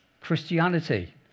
Christianity